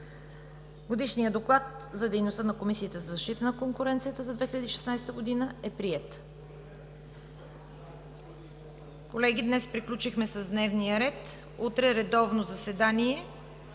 Годишният доклад за дейността на Комисията за защита на конкуренцията за 2016 г. е приет. Колеги, днес приключихме с дневния ред. Утре – редовно заседание.